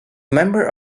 member